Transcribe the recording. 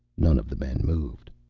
none of the men moved.